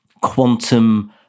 quantum